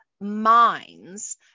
minds